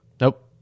Nope